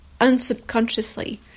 unsubconsciously